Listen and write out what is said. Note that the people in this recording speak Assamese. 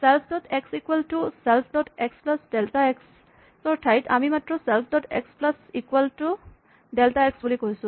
self dot x equal to self dot x plus delta x ৰ ঠাইত আমি মাত্ৰ self dot x plus equal to delta x বুলি কৈছোঁ